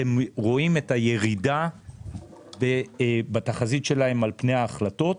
אתם רואים את הירידה בתחזית שלהם על פני ההחלטות.